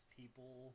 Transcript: people